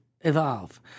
evolve